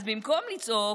אז במקום לצעוק,